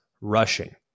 rushing